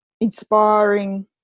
inspiring